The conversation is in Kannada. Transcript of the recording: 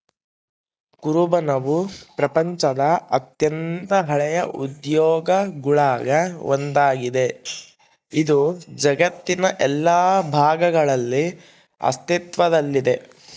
ಕುರುಬನವು ಪ್ರಪಂಚದ ಅತ್ಯಂತ ಹಳೆಯ ಉದ್ಯೋಗಗುಳಾಗ ಒಂದಾಗಿದೆ, ಇದು ಜಗತ್ತಿನ ಎಲ್ಲಾ ಭಾಗಗಳಲ್ಲಿ ಅಸ್ತಿತ್ವದಲ್ಲಿದೆ